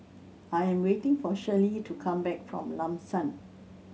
I am waiting for Shirley to come back from Lam San